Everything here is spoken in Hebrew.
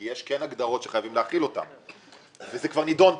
יש כן הגדרות שחייבים להחיל אותן וזה כבר נדון פה.